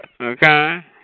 Okay